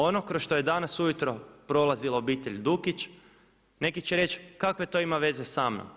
Ono kroz što je danas ujutro prolazila obitelj Dukić neki će reći kakve to ima veze sa mnom.